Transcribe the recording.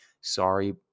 Sorry